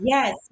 Yes